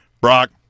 Brock